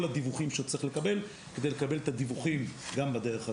הדיווחים שצריך לקבל כדי לקבל את הדיווחים גם בדרך הזו.